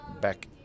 back